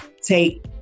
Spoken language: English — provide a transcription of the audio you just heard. take